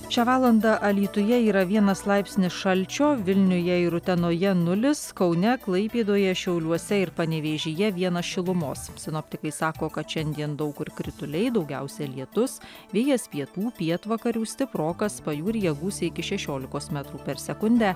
šią valandą alytuje yra vienas laipsnis šalčio vilniuje ir utenoje nulis kaune klaipėdoje šiauliuose ir panevėžyje vienas šilumos sinoptikai sako kad šiandien daug kur krituliai daugiausia lietus vėjas pietų pietvakarių stiprokas pajūryje gūsiai iki šešiolikos metrų per sekundę